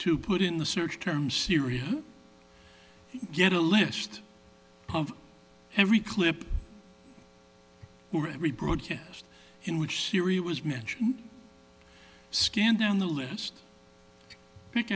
to put in the search term syria get a list of every clip or every broadcast in which syria was mentioned skin down the list